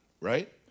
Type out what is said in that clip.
right